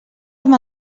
amb